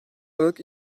aralık